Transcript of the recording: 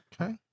Okay